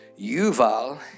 Yuval